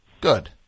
Good